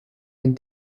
ein